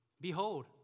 Behold